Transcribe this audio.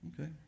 Okay